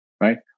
right